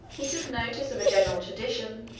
he took notice of a general tradition,